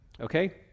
Okay